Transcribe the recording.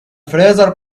freezer